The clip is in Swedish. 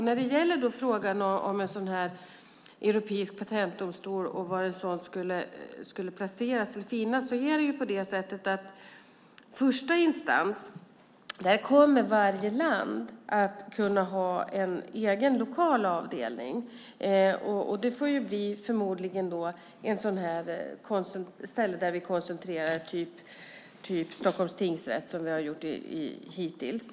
När det gäller frågan om en sådan här europeisk patentdomstol och var den skulle placeras kommer varje land att kunna ha en egen lokal avdelning för första instans, och det blir förmodligen ett ställe där man koncentrerar det, typ Stockholms tingsrätt, som vi har gjort hittills.